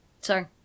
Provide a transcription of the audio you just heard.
Sorry